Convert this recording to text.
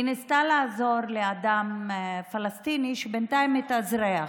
היא ניסתה לעזור לאדם פלסטיני שבינתיים מתאזרח.